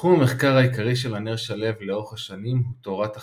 תחום המחקר העיקרי של ענר שלו לאורך השנים הוא תורת החבורות,